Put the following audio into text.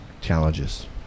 Challenges